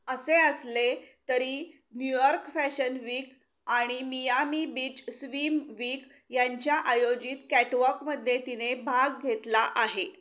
असे असले तरी न्यूयॉर्क फॅशन वीक आणि मियामी बीच स्विम वीक यांच्या आयोजित कॅटवॉकमध्ये तिने भाग घेतला आहे